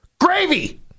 Gravy